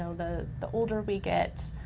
so the the older we get,